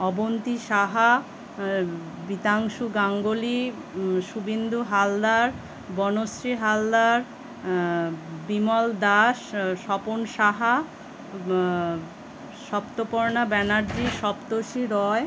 Avanti Saha Bitangshu Ganguly Subhendu Haldar Banashree Haldar Bimal Das Swapan Saha Saptaparna Banerjee Saptarshi Roy